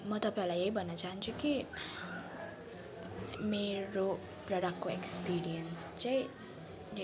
म तपाईँहरूलाई यही भन्नु चाहन्छु कि मेरो प्रोडक्टको एक्सपिरियन्स चाहिँ यही हो